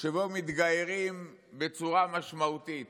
שבו מתגיירים בצורה משמעותית